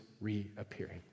reappearing